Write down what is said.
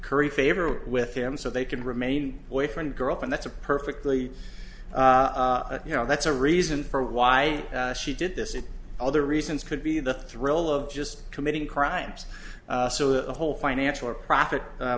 curry favor with them so they can remain boyfriend girlfriend that's a perfectly you know that's a reason for why she did this in other reasons could be the thrill of just committing crimes so the whole financial or profit